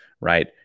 right